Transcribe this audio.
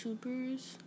YouTubers